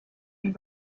been